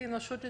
כאנושות,